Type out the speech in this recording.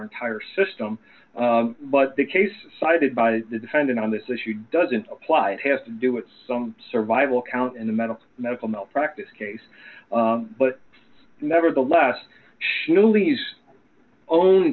entire system but the case cited by the defendant on this issue doesn't apply it has to do with some survival count in the medical medical malpractise case but nevertheless